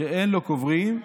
"שאין לו קוברין,